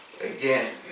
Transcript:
again